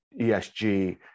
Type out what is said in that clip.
ESG